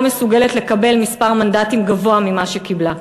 מסוגלת לקבל מספר מנדטים גבוה ממה שקיבלה?